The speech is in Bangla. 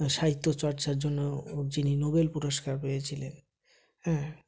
সাহিত্য চর্চার জন্য যিনি নোবেল পুরস্কার পেয়েছিলেন হ্যাঁ